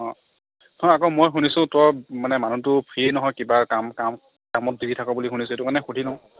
অ' নহয় আকৌ মই শুনিছোঁ তই মানে মানুহটো ফ্ৰীয়ে নহয় কিবা কাম কাম কামত বিজি থাক বুলি শুনিছোঁ সেইটো কাৰণে সুধি লওঁ